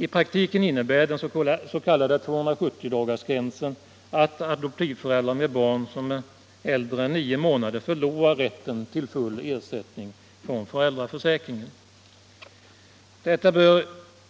I praktiken innebär den s.k. 270-dagarsgränsen att adoptivföräldrar